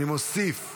אני קובע